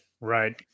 right